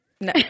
no